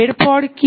এরপর কি